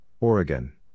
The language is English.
Oregon